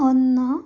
ഒന്നു